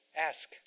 Ask